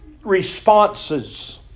responses